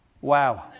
Wow